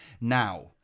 Now